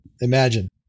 imagine